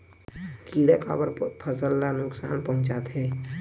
किड़ा काबर फसल ल नुकसान पहुचाथे?